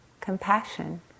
compassion